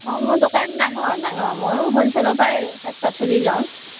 অঁ মোৰ দোকান ডাঙৰ ডাঙৰ ময়ো হোলচেলৰপৰাই শাক পাচলি লওঁ